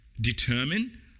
determine